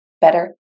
better